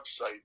website